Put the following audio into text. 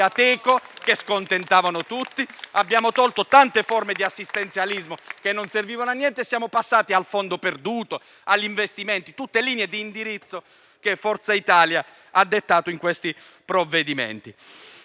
che scontentavano tutti, così come abbiamo eliminato tante forme di assistenzialismo che non servivano a niente e siamo passati al fondo perduto, agli investimenti: tutte linee di indirizzo che Forza Italia ha dettato nei vari provvedimenti.